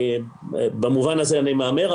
במובן הזה אני מהמר,